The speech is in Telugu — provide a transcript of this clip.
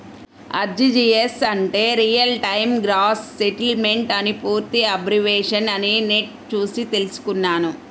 ఆర్టీజీయస్ అంటే రియల్ టైమ్ గ్రాస్ సెటిల్మెంట్ అని పూర్తి అబ్రివేషన్ అని నెట్ చూసి తెల్సుకున్నాను